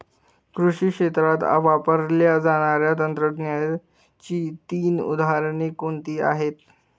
कृषी क्षेत्रात वापरल्या जाणाऱ्या तंत्रज्ञानाची तीन उदाहरणे कोणती आहेत?